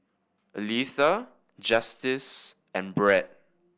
Aletha Justice and Brett